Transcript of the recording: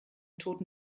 toten